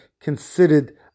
considered